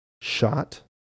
shot